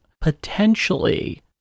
potentially